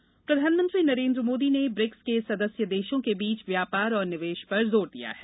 BRICS सम्मेलन प्रधानमंत्री नरेन्द्र मोदी ने ब्रिक्स के सदस्य देशों के बीच व्यापार और निवेश पर जोर दिया है